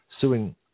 suing